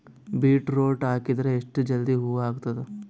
Beetroot ಹಾಕಿದರ ಎಷ್ಟ ಜಲ್ದಿ ಹೂವ ಆಗತದ?